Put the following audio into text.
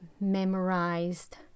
memorized